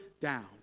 down